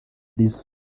arizo